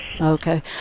Okay